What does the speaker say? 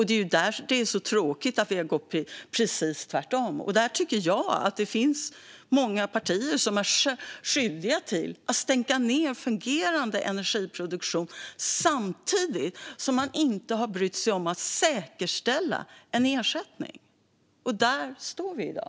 Det är därför det är så tråkigt att det har blivit precis tvärtom. Där anser jag att många partier har varit skyldiga till att stänga ned fungerande energiproduktion samtidigt som man inte har brytt sig om att säkerställa en ersättning. Där står vi i dag.